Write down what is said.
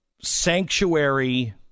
sanctuary